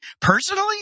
personally